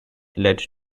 led